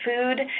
food